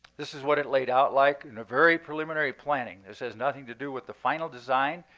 this is what it laid out like in a very preliminary planning. this has nothing to do with the final design,